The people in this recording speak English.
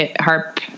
harp